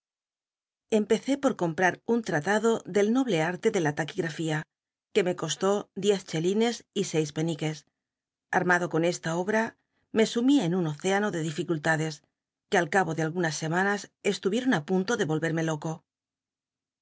perseverancia empecé por compta un tratado del noble arte de la taquigrafía que me costó diez chelines y scb peniques armado con esta obaa me sumí en un océano de dificultades que al cabo de algunas semanas estu ieron á punto de olrermc loco